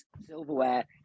silverware